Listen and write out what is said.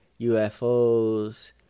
ufos